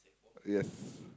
yes